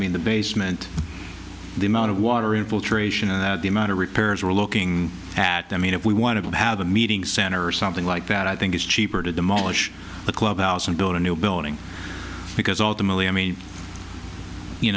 mean the basement the amount of water infiltration and the amount of repairs we're looking at i mean if we want to have a meeting center or something like that i think it's cheaper to demolish the clubhouse and build a new building because ultimately i mean you